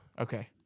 Okay